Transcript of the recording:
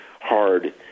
hard